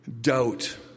doubt